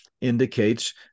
indicates